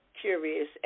curious